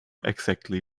exactly